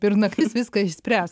ir naktis viską išspręs